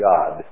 God